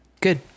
Good